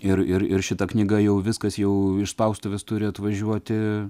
ir ir ir šita knyga jau viskas jau iš spaustuvės turi atvažiuoti